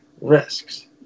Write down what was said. risks